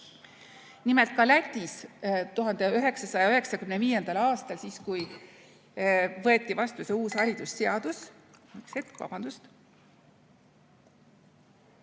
Nimelt, ka Lätis 1995. aastal, kui võeti vastu see uus haridusseadus,